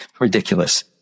Ridiculous